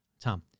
Tom